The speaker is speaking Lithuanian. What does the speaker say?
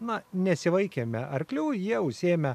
na nesivaikėme arklių jie užsiėmę